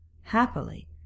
Happily